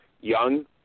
young